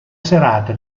serata